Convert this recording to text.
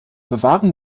bewahren